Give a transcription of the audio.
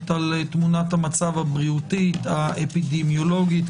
על תמונת המצב הבריאותית האפידמיולוגית.